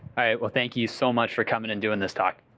well, thank you so much for coming and doing this talk.